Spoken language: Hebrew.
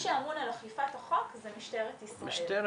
שאמון על אכיפת החוק זה משטרת ישראל.